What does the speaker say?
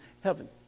heaven